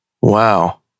wow